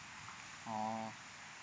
oh